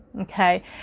okay